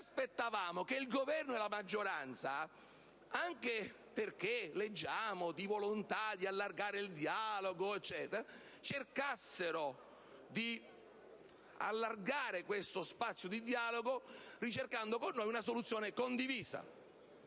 aspettavamo che il Governo e la maggioranza, considerato che leggiamo della volontà di allargare il dialogo, cercassero di aumentare questo spazio di dialogo ricercando con noi una soluzione condivisa.